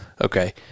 Okay